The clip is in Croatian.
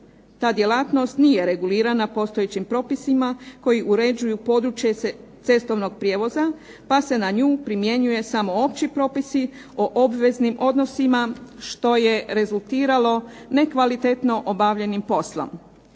Ta djelatnost nije regulirana postojećim propisima koji uređuju područje cestovnog prijevoza, pa se na nju primjenjuju samo opći propisi o obveznim odnosima što je rezultiralo nekvalitetno obavljenim poslom.